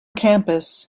campus